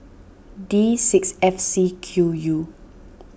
D six F C Q U